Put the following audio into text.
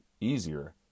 easier